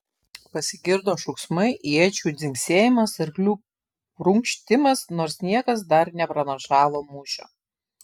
pasigirdo šūksmai iečių dzingsėjimas arklių prunkštimas nors niekas dar nepranašavo mūšio